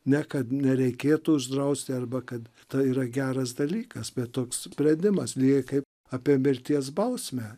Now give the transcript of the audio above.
ne kad nereikėtų uždrausti arba kad tai yra geras dalykas toks sprendimas beje kaip apie mirties bausmę